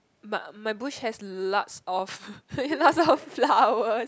but my bush has lots of lots of flowers